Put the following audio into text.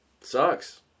Sucks